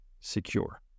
secure